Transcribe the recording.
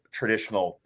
traditional